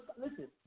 listen